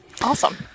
Awesome